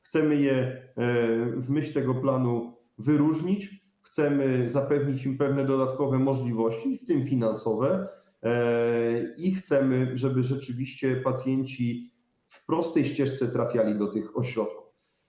Chcemy je w myśl tego planu wyróżnić, chcemy zapewnić im pewne dodatkowe możliwości, w tym finansowe, i chcemy, żeby rzeczywiście pacjenci w prostej ścieżce trafiali do tych ośrodków.